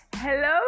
Hello